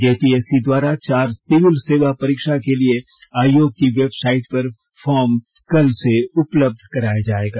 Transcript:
JPSC द्वारा चार civil सेवा परीक्षा के लिए आयोग की वेबसाइट पर फार्म कल से उपलब्ध कराया जायेगा